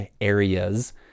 areas